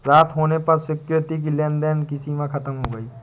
रात होने पर सुकृति की लेन देन की सीमा खत्म हो गई